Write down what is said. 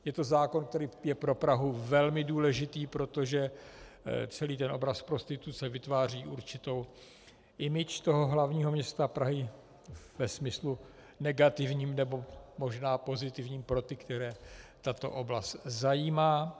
Je to zákon, který je pro Prahu velmi důležitý, protože celý ten obraz prostituce vytváří určitou image hlavního města Prahy ve smyslu negativním nebo možná pozitivním pro ty, které tato oblast zajímá.